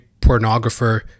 pornographer